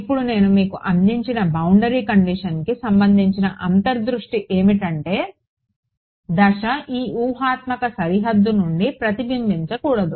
ఇప్పుడు నేను మీకు అందించిన బౌండరీ కండిషన్కి సంబంధించిన అంతర్దృష్టి ఏమిటంటే దశ ఈ ఊహాత్మక సరిహద్దు నుండి ప్రతిబింబించకూడదు